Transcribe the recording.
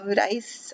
rice